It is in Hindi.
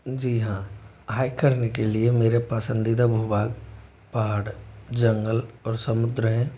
जी हाँ हाइक करने के लिए मेरे पसंदीदा भू भाग पहाड़ जंगल और समुद्र है